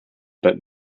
but